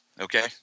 okay